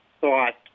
thought